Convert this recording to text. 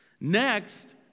Next